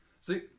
See